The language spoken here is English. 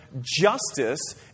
justice